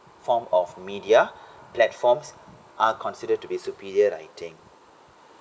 form of media platforms are considered to be superior writing